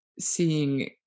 seeing